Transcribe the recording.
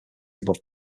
above